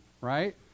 right